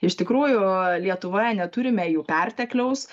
iš tikrųjų lietuvoje neturime jų pertekliaus